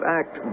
act